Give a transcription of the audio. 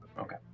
Okay